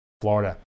florida